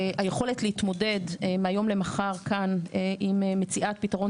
היכולת להתמודד מהיום למחר כאן עם מציאת פתרון